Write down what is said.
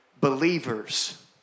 believers